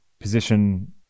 position